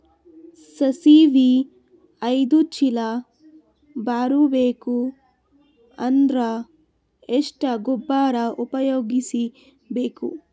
ಸಾಸಿವಿ ಐದು ಚೀಲ ಬರುಬೇಕ ಅಂದ್ರ ಎಷ್ಟ ಗೊಬ್ಬರ ಉಪಯೋಗಿಸಿ ಬೇಕು?